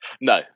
No